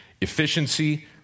efficiency